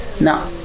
Now